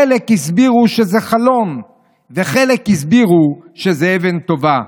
חלק הסבירו שזה חלון וחלק הסבירו שזו אבן טובה.